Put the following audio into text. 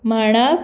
म्हणप